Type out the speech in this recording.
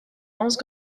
lance